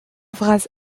vras